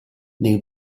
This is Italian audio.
nel